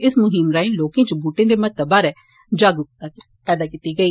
इस मुहीम राएं लोकें च बूटे दे महत्व बारै जागरुक्ता पैदा कीती गेई